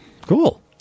Cool